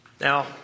Now